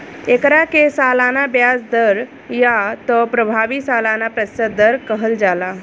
एकरा के सालाना ब्याज दर या त प्रभावी सालाना प्रतिशत दर कहल जाला